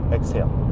Exhale